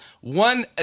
one